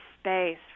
space